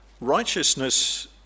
Righteousness